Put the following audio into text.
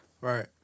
Right